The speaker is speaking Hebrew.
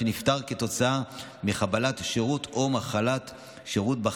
שנפטר כתוצאה מחבלת שירות או מחלת שירות שבה